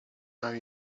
time